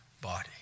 body